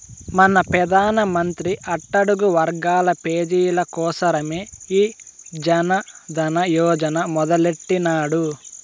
మన పెదానమంత్రి అట్టడుగు వర్గాల పేజీల కోసరమే ఈ జనదన యోజన మొదలెట్టిన్నాడు